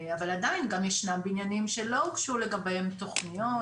אבל עדיין גם ישנם בניינים שלא הוגשו לגביהם תכניות,